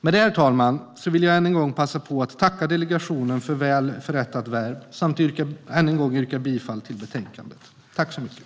Herr talman! Med det vill jag än en gång passa på att tacka delegationen för väl förrättat värv samt yrka bifall till förslaget i utskottets betänkande.